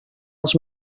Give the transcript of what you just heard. els